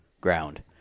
ground